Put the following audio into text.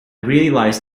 realized